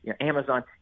amazon